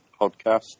podcast